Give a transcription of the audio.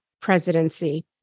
presidency